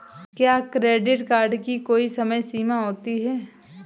क्या credit card की कोई समय सीमा होती है?